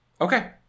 Okay